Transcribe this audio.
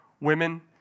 women